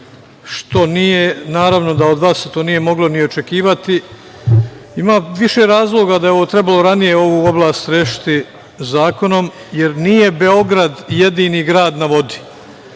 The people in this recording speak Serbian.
sad, naravno da se od vas to nije moglo ni očekivati. Ima više razloga da je trebalo ranije ovu oblast rešiti zakonom, jer nije Beograd jedini grad na vodi.